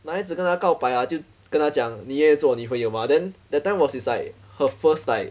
男孩子跟她告白 ah 就跟她讲你愿意做我女朋友吗 then that time was his like her first like